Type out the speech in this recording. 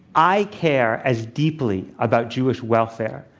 i care as deeply about jewish welfare,